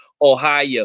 ohio